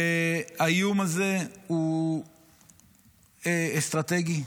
והאיום הזה הוא אסטרטגי,